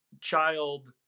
child